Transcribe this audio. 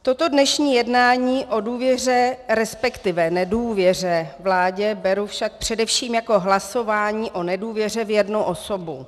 Toto dnešní jednání o důvěře, resp. nedůvěře vládě beru však především jako hlasování o nedůvěře v jednu osobu.